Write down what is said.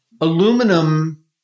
aluminum